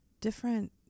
different